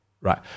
right